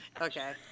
Okay